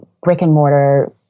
brick-and-mortar